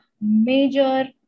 Major